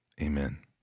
Amen